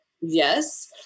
Yes